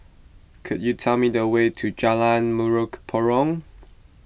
could you tell me the way to Jalan Mempurong